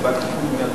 כי קיבלתי גיבוי,